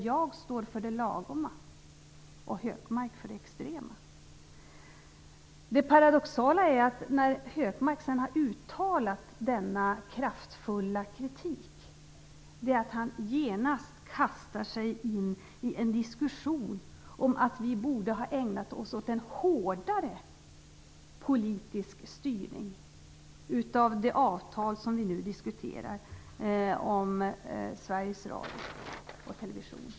Jag står för det som är lagom och Hökmark för det som är extremt. Det paradoxala är att Hökmark, när han har uttalat denna kraftfulla kritik, genast kastar sig in i en diskussion om att vi borde ha ägnat oss åt en hårdare politisk styrning av det avtal med Sveriges Radio och Sveriges Television som vi nu diskuterar.